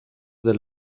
del